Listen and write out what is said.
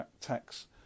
Tax